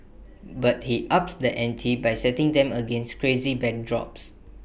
but he ups the ante by setting them against crazy backdrops